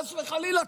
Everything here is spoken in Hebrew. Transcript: וחס וחלילה,